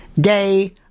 day